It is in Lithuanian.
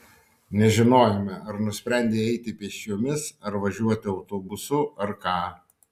nežinojome ar nusprendei eiti pėsčiomis ar važiuoti autobusu ar ką